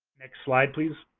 next slide, please.